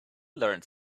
learned